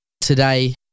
Today